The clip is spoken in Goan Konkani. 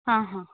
हां हां